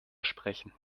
sprechen